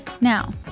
Now